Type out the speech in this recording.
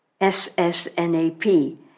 SSNAP